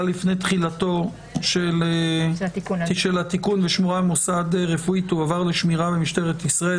לפני תחילתו של התיקון ושמורה במוסד רפואי תועבר לשמירה במשטרת ישראל,